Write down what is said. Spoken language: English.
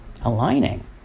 aligning